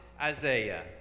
Isaiah